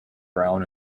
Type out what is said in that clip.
brown